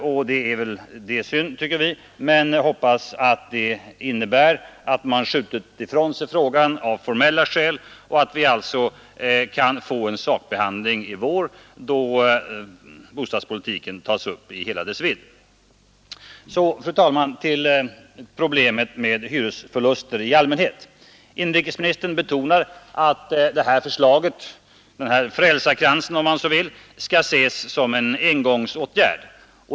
Det tycker vi är synd, men skrivningen innebär såvitt jag förstår att utskottet har skjutit ifrån sig frågan av formella skäl, därför att saken inte behandlats i propositionen, och att vi alltså kan få en sakbehandling i vår, då vi tar upp bostadspolitiken i hela dess vidd. Så till problemet med hyresförluster i allmänhet. Inrikesministern betonar att det här skall ses som en engångsåtgärd.